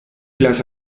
las